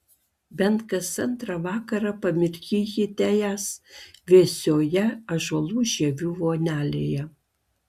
bent kas antrą vakarą pamirkykite jas vėsioje ąžuolų žievių vonelėje